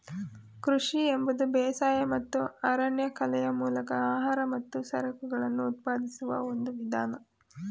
ಕೃಷಿ ಎಂಬುದು ಬೇಸಾಯ ಮತ್ತು ಅರಣ್ಯಕಲೆಯ ಮೂಲಕ ಆಹಾರ ಮತ್ತು ಸರಕುಗಳನ್ನು ಉತ್ಪಾದಿಸುವ ಒಂದು ವಿಧಾನ